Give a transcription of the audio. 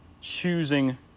choosing